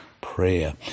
prayer